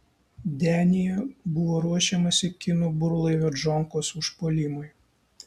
denyje buvo ruošiamasi kinų burlaivio džonkos užpuolimui